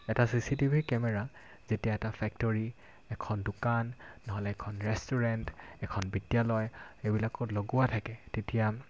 এটা C C TV camera যেতিয়া এটা ফেক্টৰী এখন দোকান নহ'লে এখন ৰেষ্টুৰেণ্ট এখন বিদ্যালয় এইবিলাকত লগোৱা থাকে তেতিয়া